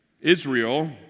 Israel